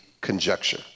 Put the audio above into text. conjecture